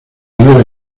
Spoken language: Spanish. nueve